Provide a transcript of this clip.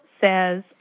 says